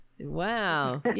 Wow